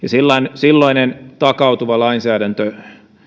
silloinen takautuva lainsäädäntö